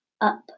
up